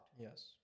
Yes